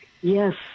Yes